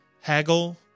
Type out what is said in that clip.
haggle